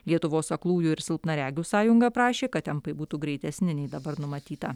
lietuvos aklųjų ir silpnaregių sąjunga prašė kad tempai būtų greitesni nei dabar numatyta